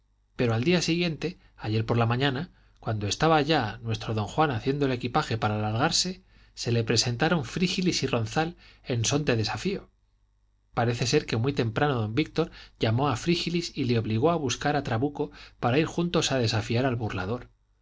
pero al día siguiente ayer por la mañana cuando estaba ya nuestro don juan haciendo el equipaje para largarse se le presentaron frígilis y ronzal en son de desafío parece ser que muy temprano don víctor llamó a frígilis y le obligó a buscar a trabuco para ir juntos a desafiar al burlador